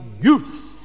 youth